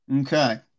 Okay